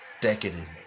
Decadent